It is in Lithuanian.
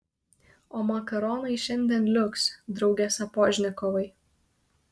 o makaronai šiandien liuks drauge sapožnikovai